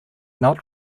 not